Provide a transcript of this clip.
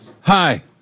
Hi